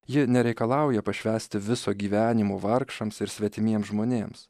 ji nereikalauja pašvęsti viso gyvenimo vargšams ir svetimiems žmonėms